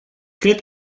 cred